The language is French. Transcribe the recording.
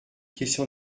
question